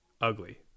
ugly